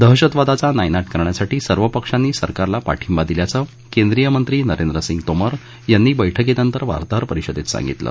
दहशतवादाचा नायनाट करण्यासाठी सर्व पक्षांनी सरकारला पाठिंबा दिल्याचं केंद्रीय मंत्री नरेंद्र सिंग तोमर यांनी बैठकीनंतर वार्ताहर परिषदेत सांगितलं